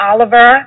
Oliver